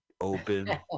open